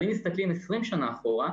אם מסתכלים 20 שנה אחורה,